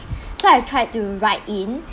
so I tried to write in